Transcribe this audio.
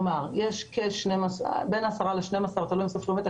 יש בין 10 ל-12 תלוי איך סופרים את זה,